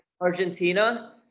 Argentina